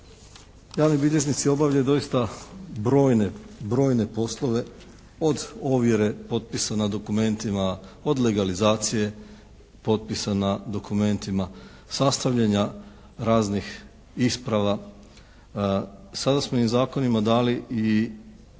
Javni bilježnici obavljaju doista brojne, brojne poslove. Od ovjere potpisa na dokumentima, od legalizacije potpisa na dokumentima, sastavljanja raznih isprava. Sada smo im zakonima dali i